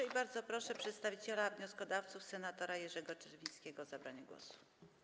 I bardzo proszę przedstawiciela wnioskodawców senatora Jerzego Czerwińskiego o zabranie głosu.